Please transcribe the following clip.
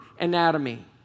anatomy